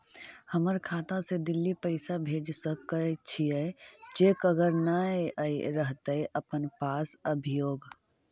हमर खाता से दिल्ली पैसा भेज सकै छियै चेक अगर नय रहतै अपना पास अभियोग?